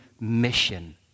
mission